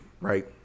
right